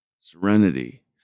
Serenity